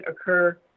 occur